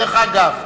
דרך אגב,